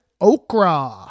okra